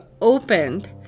opened